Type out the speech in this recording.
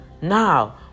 Now